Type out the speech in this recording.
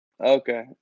Okay